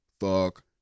fuck